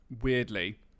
weirdly